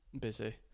busy